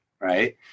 right